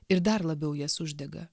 ir dar labiau jas uždega